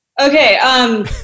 okay